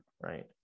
right